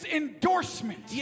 endorsement